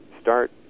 start